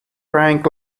rang